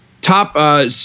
top –